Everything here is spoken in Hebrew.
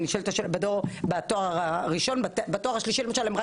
בתואר השלישי הם רק